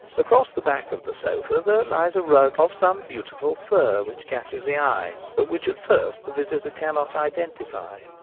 across the back of the sofa there lies a rug of some beautiful fur which catches the eye, but which at first the visitor cannot identify.